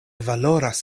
valoras